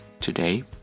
today